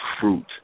fruit